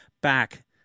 back